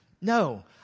No